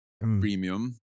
premium